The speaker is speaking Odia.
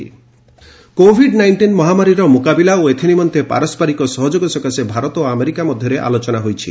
India US discuss COVID nineteen ମହାମାରୀର ମୁକାବିଲା ଓ ଏଥିନିମନ୍ତେ ପାରସ୍କରିକ ସହଯୋଗ ସକାଶେ ଭାରତ ଓ ଆମେରିକା ମଧ୍ୟରେ ଆଲୋଚନା ହୋଇଛି